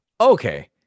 okay